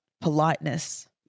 politeness